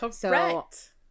Correct